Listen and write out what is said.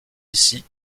ici